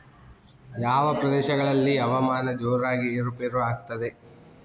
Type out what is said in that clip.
ಯಾವ ಪ್ರದೇಶಗಳಲ್ಲಿ ಹವಾಮಾನ ಜೋರಾಗಿ ಏರು ಪೇರು ಆಗ್ತದೆ?